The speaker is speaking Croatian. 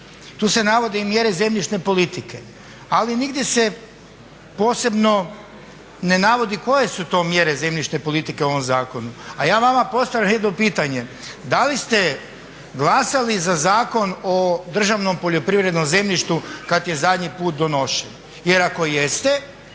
Tu se navode i mjere zemljišne politike. Ali nigdje se posebno ne navodi koje su to mjere zemljišne politike u ovom zakonu. A ja vama postavljam jedno pitanje, da li ste glasali za Zakon o državnom poljoprivrednom zemljištu kad je zadnji put donošen? Jer ako jeste